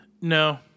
No